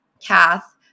kath